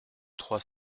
trois